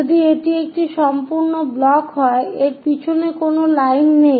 যদি এটি একটি সম্পূর্ণ ব্লক হয় এর পিছনে কোন লাইন নেই